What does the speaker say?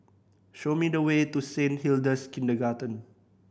show me the way to Saint Hilda's Kindergarten